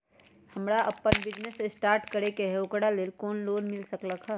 हमरा अपन business start करे के है ओकरा लेल लोन मिल सकलक ह?